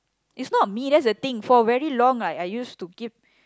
is not me that's the thing for very long right I used to keep